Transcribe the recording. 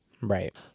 Right